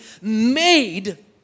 made